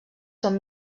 són